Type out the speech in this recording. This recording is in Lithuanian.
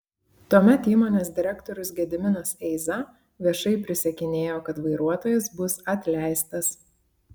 tuomet įmonės direktorius gediminas eiza viešai prisiekinėjo kad vairuotojas bus atleistas